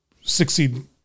succeed